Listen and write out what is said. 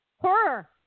horror